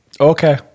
Okay